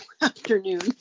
afternoon